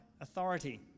authority